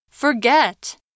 Forget